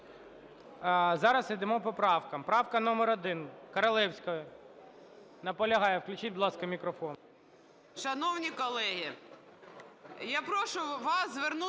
Зараз йдемо по правкам. Правка номер 1 Королевської. Наполягає. Включіть, будь ласка, мікрофон.